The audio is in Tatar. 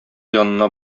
янына